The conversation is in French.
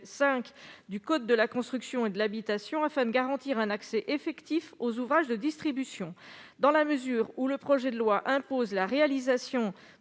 du code de la construction et de l'habitation afin de garantir un accès effectif aux ouvrages de distribution. Dans la mesure où le projet de loi impose la réalisation